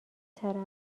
ترقه